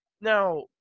Now